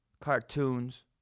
cartoons